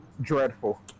dreadful